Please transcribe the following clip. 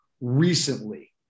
recently